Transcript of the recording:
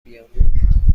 بیام